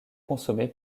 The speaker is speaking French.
consommée